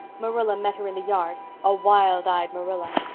marilla met her in the yard. a wild-eyed marilla.